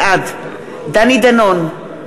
בעד דני דנון,